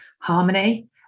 harmony